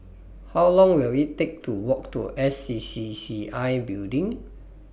How Long Will IT Take to Walk to S C C C I Building